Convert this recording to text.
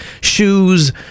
shoes